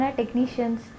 technicians